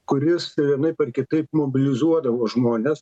kuris vienaip ar kitaip mobilizuodavo žmones